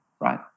right